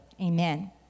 Amen